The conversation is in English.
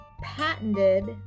patented